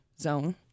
zone